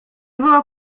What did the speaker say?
było